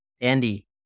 Andy